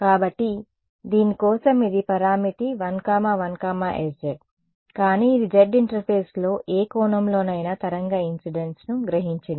కాబట్టి దీని కోసం ఇది పరామితి 1 1sz కానీ ఇది z ఇంటర్ఫేస్లో ఏ కోణంలోనైనా తరంగ ఇన్సిడెన్స్ ను గ్రహించింది